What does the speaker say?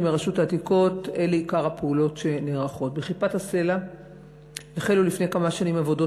אלה עיקר הפעולות שנערכות: בכיפת-הסלע החלו לפני כמה שנים עבודות